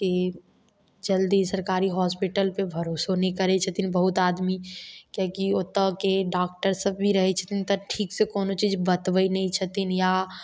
की जल्दी सरकारी हॉस्पिटल पर भरोसो नहि करै छथिन बहुत आदमी किएकि ओतऽके डाक्टर सब भी रहै छथिन तऽ ठीक से कोनो चीज बतबै नहि छथिन या